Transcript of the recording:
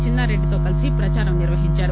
చిన్నారెడ్డితో కలీసి ప్రదారం నిర్వహించారు